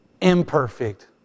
imperfect